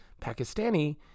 Pakistani